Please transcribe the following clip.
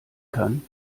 kann